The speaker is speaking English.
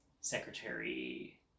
secretary